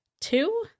Two